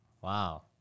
Wow